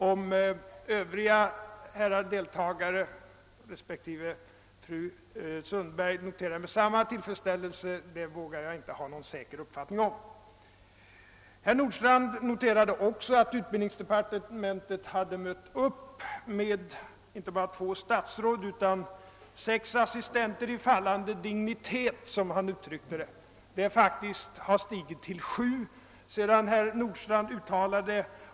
Om övriga herrar deltagare och fru Sundberg noterade det med samma tillfredsställelse vågar jag inte ha någon uppfattning om. Herr Nordstrandh konstaterade att utbildningsdepartementet här mött upp med inte bara två statsråd utan även sex assistenter i fallande dignitet, som han uttryckte det. Detta antal har faktiskt stigit till åtta sedan herr Nordstrandh uttalade sig.